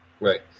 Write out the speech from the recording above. right